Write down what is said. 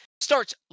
starts